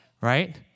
Right